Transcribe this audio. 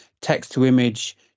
text-to-image